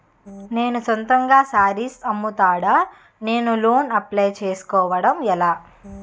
నేను సొంతంగా శారీస్ అమ్ముతాడ, నేను లోన్ అప్లయ్ చేసుకోవడం ఎలా?